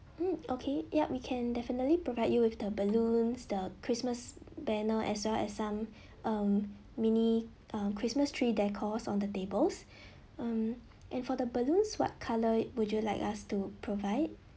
mm okay yup we can definitely provide you with the balloons the christmas banner as well as some um mini uh christmas tree deco on the tables um and for the balloon what colour would you like us to provide